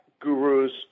gurus